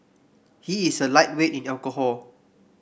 he is a lightweight in alcohol